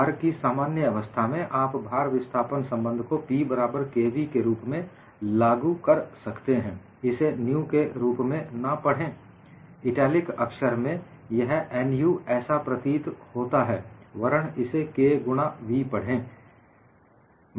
भार की सामान्य अवस्था में आप भार विस्थापन संबंध को P बराबर k v के रूप में लागू कर सकते हैं इस nu के रूप में ना पढें इटैलिक अक्षर में यह nu ऐसा प्रतीत होता है वरन इसे k गुणा v पढ़ें